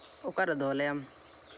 ᱚᱠᱟ ᱨᱮᱫᱚ ᱞᱟᱹᱭᱟᱢ